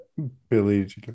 Billy